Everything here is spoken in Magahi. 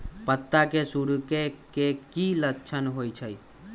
पत्ता के सिकुड़े के की लक्षण होइ छइ?